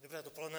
Dobré dopoledne.